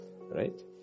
Right